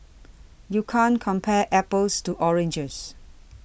you can't compare apples to oranges